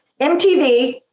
MTV